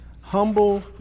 humble